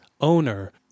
owner